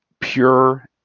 pure